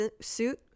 suit